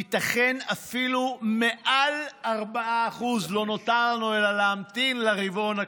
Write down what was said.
ייתכן שהוא אפילו מעל 4%; לא נותר לנו אלא להמתין לרבעון הקרוב.